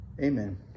Amen